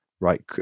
Right